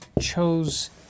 chose